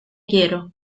quiero